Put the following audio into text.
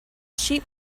sheep